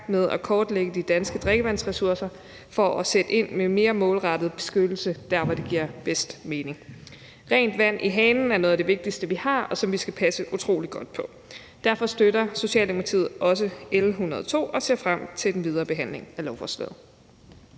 med at kortlægge de danske drikkevandsressourcer for at sætte ind med mere målrettet beskyttelse der, hvor det giver bedst mening. Rent vand i hanen er noget af det vigtigste, vi har, og som vi skal passe utrolig godt på. Derfor støtter Socialdemokratiet også L 102 og ser frem til den videre behandling af lovforslaget.